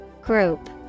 Group